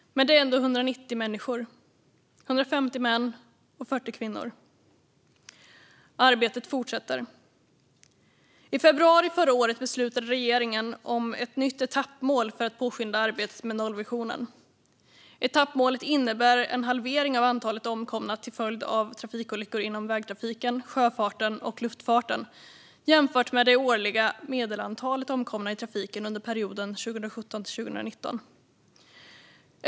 Men det är ändå 190 människor - 150 män och 40 kvinnor. Arbetet fortsätter. I februari förra året beslutade regeringen om ett nytt etappmål för att påskynda arbetet med nollvisionen. Etappmålet innebär en halvering av antalet omkomna till följd av trafikolyckor inom vägtrafiken, sjöfarten och luftfarten jämfört med det årliga medelantalet omkomna i trafiken under perioden 2017-2019.